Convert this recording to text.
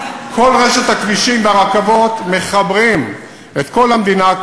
כל רשת הכבישים והרכבות מחברת את כל המדינה,